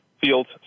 fields